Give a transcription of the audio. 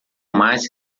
mais